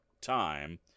time